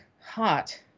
Hot